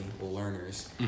learners